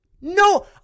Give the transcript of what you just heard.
No